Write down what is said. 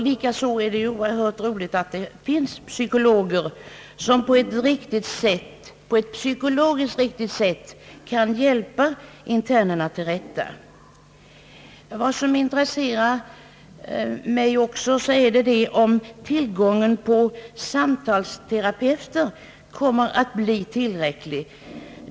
Likaså är det oerhört glädjande att det finns psykologer som på ett psykologiskt riktigt sätt kan hjälpa internerna till rätta. Vad som också intresserar mig är frågan om tillgången på samtalsterapeuter kommer att bli tillräcklig.